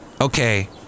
Okay